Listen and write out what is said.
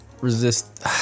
resist